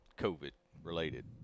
COVID-related